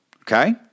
okay